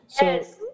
Yes